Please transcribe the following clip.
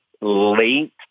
late